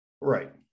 Right